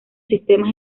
sistemas